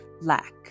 lack